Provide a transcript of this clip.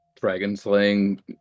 dragon-slaying